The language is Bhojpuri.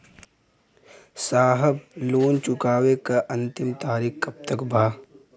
साहब लोन चुकावे क अंतिम तारीख कब तक बा?